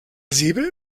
säbel